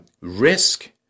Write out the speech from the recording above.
risk